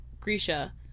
Grisha